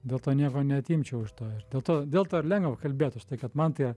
dėl to nieko neatimčiau iš to ir dėl to dėl to ir lengva kalbėt už tai kad man tai